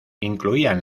incluían